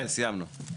כן, סיימנו.